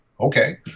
okay